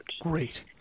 Great